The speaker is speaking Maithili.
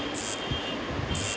लेब देब बला खाता मे टका मँगा लय ना